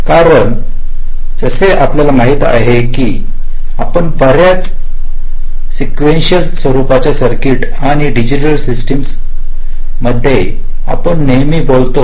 कारण जसे आपल्याला माहती आहे की आपण बऱ्याच च्या स्क्विन्शियल स्वरूपाच्या सर्किटआणि डिजिटल सिस्टिम आपण नेहमी बोलतो